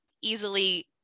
easily